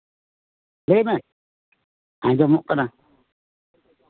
ᱞᱟᱹᱭᱢᱮ ᱟᱸᱡᱚᱢᱚᱜ ᱠᱟᱱᱟ